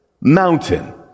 mountain